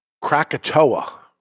Krakatoa